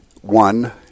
One